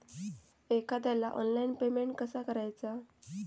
एखाद्याला online payment कसा करायचा?